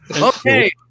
Okay